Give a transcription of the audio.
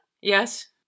Yes